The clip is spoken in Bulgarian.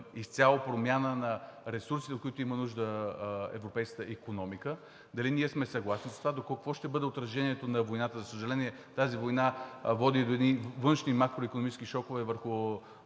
изцяло промяна в ресурсите, от които има нужда европейската икономика, дали ние сме съгласни с това, какво ще бъде отражението на войната? За съжаление, тази война води до едни външни макроикономически шокове върху